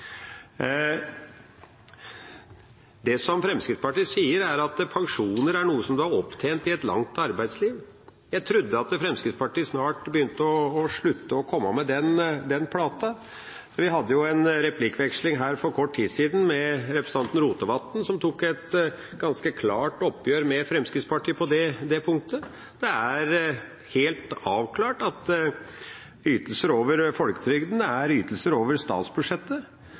Det som Fremskrittspartiet sier, er at pensjoner er noe du har opptjent i et langt arbeidsliv. Jeg trodde Fremskrittspartiet snart begynte å slutte å komme med den plata. Vi hadde en replikkveksling her for kort tid siden med representanten Rotevatn som tok et ganske klart oppgjør med Fremskrittspartiet på det punktet. Det er helt avklart at ytelser over folketrygden er ytelser over statsbudsjettet.